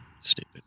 stupid